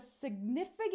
significant